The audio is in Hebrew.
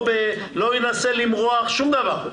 לא אנסה למרוח שום דבר,